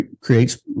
creates